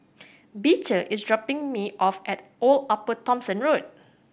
Beecher is dropping me off at Old Upper Thomson Road